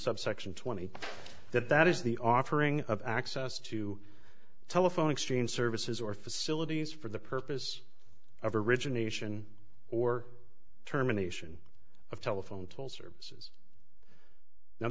subsection twenty that that is the offering of access to telephone exchange services or facilities for the purpose of origination or terminations of telephone toll services now